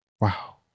Wow